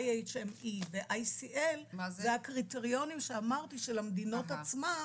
IHME ו- ICLזה הקריטריונים שאמרתי של המדינות עצמן